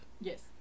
Yes